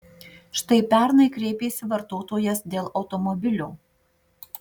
štai pernai kreipėsi vartotojas dėl automobilio